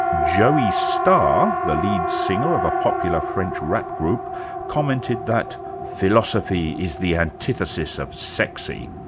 joey starr, the lead singer of a popular french rap group commented that philosophy is the antithesis of sexy.